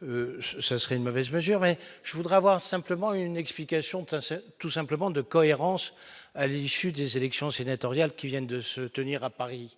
ce serait une mauvaise mesure mais je voudrais avoir simplement une explication putain c'est tout simplement de cohérence à l'issue des élections sénatoriales qui viennent de se tenir à Paris